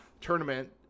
tournament